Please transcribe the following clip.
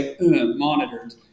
monitored